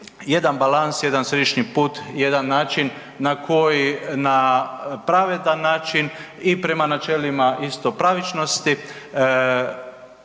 jedan balans, jedan središnji put, jedan način na koji na pravedan način i prema načelima istopravičnosti